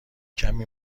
کمی